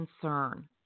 concern